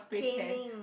caning